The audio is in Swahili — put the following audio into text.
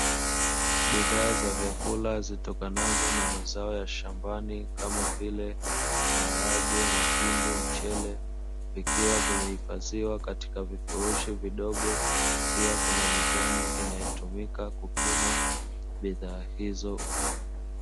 Bidhaa za vyakula zitokanazo na mazao ya shambani kama vile: maharage, mahindi, mchele; vikiwa vimehifadhiwa katika vifurushi vidogo, pia kuna mizani inayotumika kupima bidhaa hizo.